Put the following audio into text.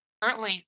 currently